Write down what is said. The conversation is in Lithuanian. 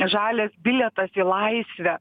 žalias bilietas į laisvę